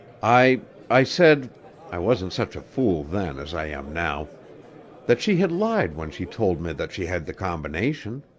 i i said i wasn't such a fool then as i am now that she had lied when she told me that she had the combination.